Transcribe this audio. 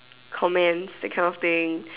comments that kind of thing